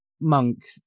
monk